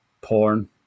porn